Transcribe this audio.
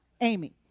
Amy